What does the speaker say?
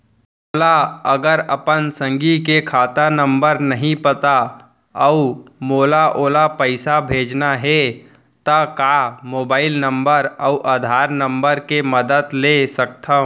मोला अगर अपन संगी के खाता नंबर नहीं पता अऊ मोला ओला पइसा भेजना हे ता का मोबाईल नंबर अऊ आधार नंबर के मदद ले सकथव?